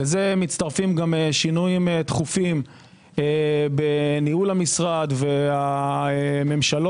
לזה מצטרפים גם שינויים תכופים בניהול המשרד והממשלות